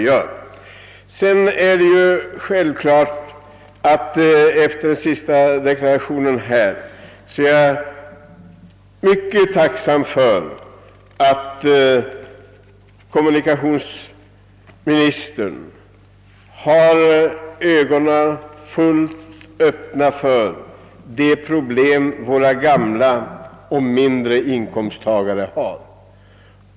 Herr statsrådets senaste anförande visar, att han är på det klara med de problem som de små inkomsttagarna och de gamla människorna i vårt land har.